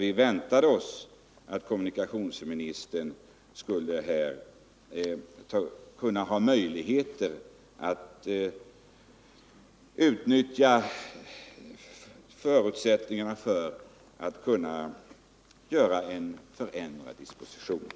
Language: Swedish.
Vi väntade oss att kommunikationsministern skulle kunna ha möjlighet att utnyttja förutsättningarna för att göra en ändrad disposition.